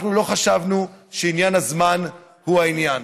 לא חשבנו שעניין הזמן הוא העניין